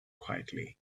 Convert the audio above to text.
quietly